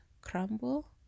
crumble